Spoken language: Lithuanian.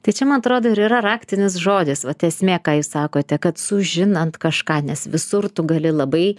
tai čia man atrodo ir yra raktinis žodis vat esmė ką jūs sakote kad sužinant kažką nes visur tu gali labai